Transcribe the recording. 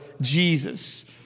Jesus